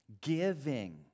giving